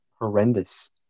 horrendous